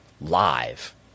live